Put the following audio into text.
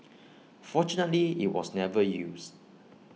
fortunately IT was never used